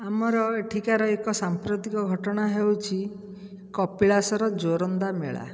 ଆମର ଏଠିକାର ଏକ ସାମ୍ପ୍ରତିକ ଘଟଣା ହେଉଛି କପିଳାସର ଜୋରନ୍ଦା ମେଳା